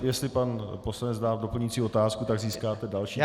Jestli pan poslanec dá doplňující otázku, tak získáte další čas.